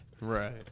Right